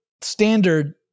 standard